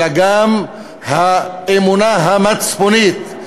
אלא גם האמונה המצפונית,